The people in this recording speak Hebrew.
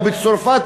או בצרפת,